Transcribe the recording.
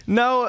no